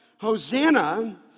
Hosanna